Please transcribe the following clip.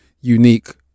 unique